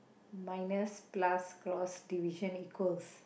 minus plus cross division equals